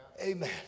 Amen